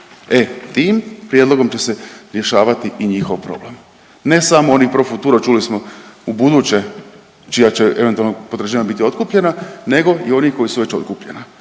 e tim prijedlogom će se rješavati i njihov problem ne samo oni pro futuro čuli smo u buduće čija će eventualno potraživanja biti otkupljena, nego i oni koji su već otkupljena.